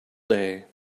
day